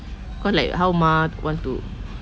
because like how mah want to